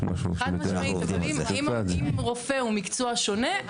אם רופא הוא מקצוע שונה,